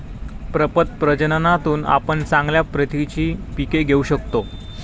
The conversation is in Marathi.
प्रपद प्रजननातून आपण चांगल्या प्रतीची पिके घेऊ शकतो